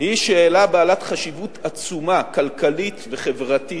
היא שאלה בעלת חשיבות עצומה, כלכלית וחברתית,